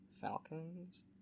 Falcon's